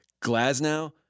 Glasnow